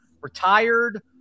retired